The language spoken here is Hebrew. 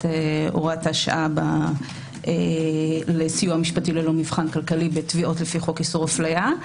הוראת השעה לסיוע משפטי ללא מבחן כלכלי בתביעות לפי חוק איסור אפליה.